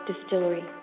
Distillery